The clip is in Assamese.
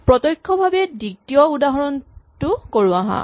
প্ৰত্যক্ষভাৱে দ্বিতীয় উদাহৰণটো কৰো আহা